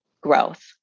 growth